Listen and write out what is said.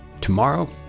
Tomorrow